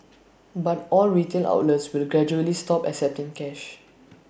but all retail outlets will gradually stop accepting cash